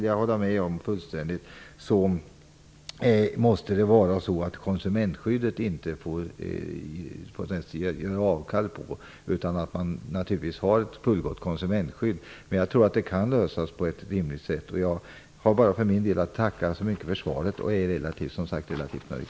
Jag håller fullständigt med om att det är självklart att man inte får göra avkall på konsumentskyddet, utan att det måste vara full gott. Jag tror att det kan lösas på ett rimligt sätt. Jag har bara att tacka så mycket för svaret, och jag är alltså relativt nöjd.